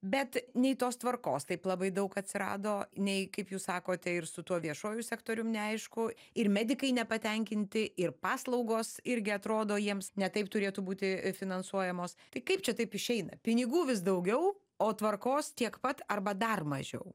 bet nei tos tvarkos taip labai daug atsirado nei kaip jūs sakote ir su tuo viešuoju sektorium neaišku ir medikai nepatenkinti ir paslaugos irgi atrodo jiems ne taip turėtų būti finansuojamos tai kaip čia taip išeina pinigų vis daugiau o tvarkos tiek pat arba dar mažiau